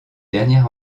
dernier